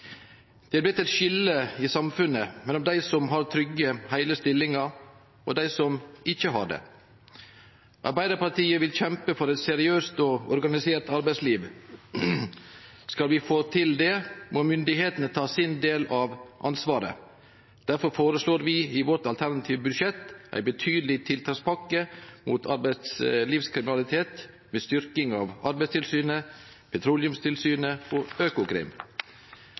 Det er blitt eit skilje i samfunnet mellom dei som har trygge, heile stillingar, og dei som ikkje har det. Arbeidarpartiet vil kjempe for eit seriøst og organisert arbeidsliv. Skal vi få til det, må myndigheitene ta sin del av ansvaret. Difor føreslår vi i vårt alternative budsjett ei betydeleg tiltakspakke mot arbeidslivskriminalitet, med styrking av Arbeidstilsynet, Petroleumstilsynet og Økokrim,